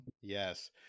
Yes